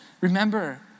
Remember